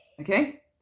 okay